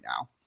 now